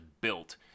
built